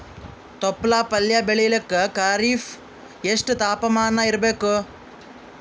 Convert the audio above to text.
ತೊಪ್ಲ ಪಲ್ಯ ಬೆಳೆಯಲಿಕ ಖರೀಫ್ ಎಷ್ಟ ತಾಪಮಾನ ಇರಬೇಕು?